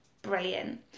brilliant